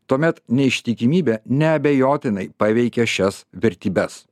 tuomet neištikimybė neabejotinai paveikia šias vertybes